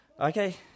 Okay